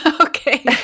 Okay